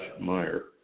Meyer